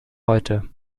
heute